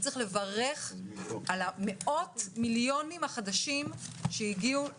צריך לברך על מאות מיליונים חדשים שהגיעו